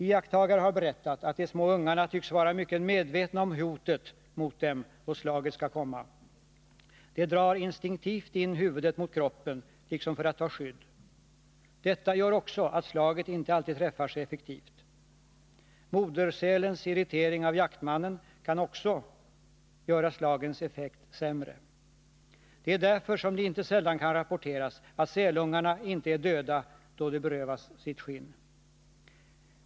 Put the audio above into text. Iakttagare har berättat att de små ungarna tycks vara mycket medvetna om hotet mot dem, då slaget skall komma. De drar instinktivt in huvudet mot kroppen — liksom för att ta skydd. Detta gör också att slaget inte alltid träffar så effektivt. Modersälens irritering av jaktmannen kan också göra slagens effekt sämre. Det är därför som det inte sällan kan rapporteras att sälungarna inte är döda, då de berövas sitt skinn.